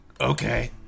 okay